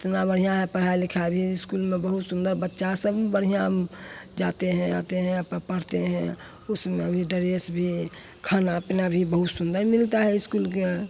इतना बढ़ियाँ है पढ़ाई लिखाई भी इस्कूल में बहुत सुन्दर बच्चा सभी बढ़ियाँ जाते हैं आते हैं अपना पढ़ते हैं उसमें भी डेरेस भी खाना पीना भी बहुत सुन्दर मिलता है इस्कूल का यहाँ